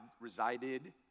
resided